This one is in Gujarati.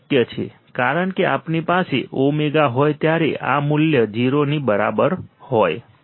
આ શક્ય છે જ્યારે આપણી પાસે ઓમેગા હોય ત્યારે આ મૂલ્ય 0 ની બરાબર હોય